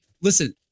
listen